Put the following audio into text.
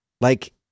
Like-